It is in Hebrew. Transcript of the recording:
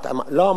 לא כל החוקים.